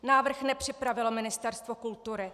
Návrh nepřipravilo Ministerstvo kultury.